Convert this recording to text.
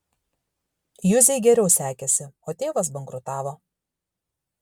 juzei geriau sekėsi o tėvas bankrutavo